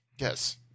yes